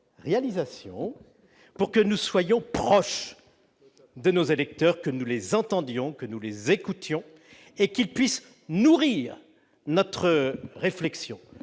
pour que nous soyons proches de nos électeurs, pour que nous les entendions et les écoutions, et pour qu'ils puissent nourrir notre réflexion.